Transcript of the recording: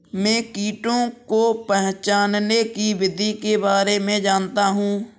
मैं कीटों को पहचानने की विधि के बारे में जनता हूँ